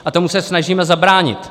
A tomu se snažíme zabránit.